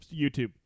YouTube